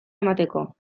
emateko